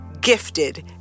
Gifted